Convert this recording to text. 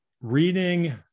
reading